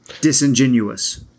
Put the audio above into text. Disingenuous